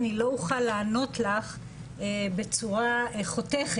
אני לא אוכל לענות לך בצורה חותכת,